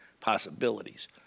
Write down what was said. possibilities